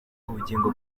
ubugingo